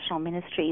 Ministries